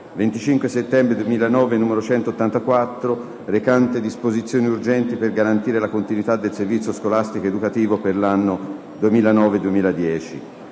25 settembre 2009, n. 134, recante disposizioni urgenti per garantire la continuità del servizio scolastico ed educativo per l'anno 2009-2010***